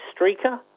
streaker